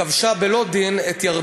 כבשה בלא דין את השטח.